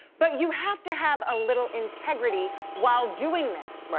but you have to have a little integrity while doing this.